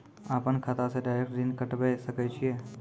अपन खाता से डायरेक्ट ऋण कटबे सके छियै?